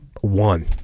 one